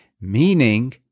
meaning